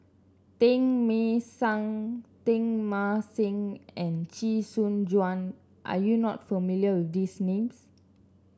Teng Mah Seng Teng Mah Seng and Chee Soon Juan are you not familiar with these names